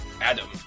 Adam